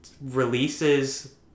releases